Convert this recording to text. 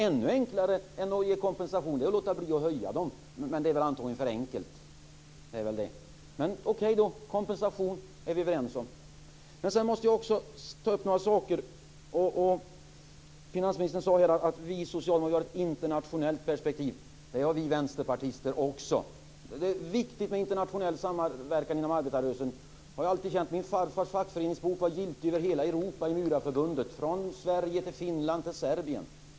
Ännu enklare än att ge kompensation hade varit att låta bli att höja dem. Men det är väl för enkelt. Men kompensation är vi överens om. Finansministern sade att Socialdemokraterna har ett internationellt perspektiv. Det har vi vänsterpartister också. Det är viktigt med internationell samverkan inom arbetarrörelsen. Det har jag alltid känt. Min farfars fackföreningsbok i murarförbundet var giltig över hela Europa, från Sverige till Finland till Serbien.